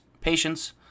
Patience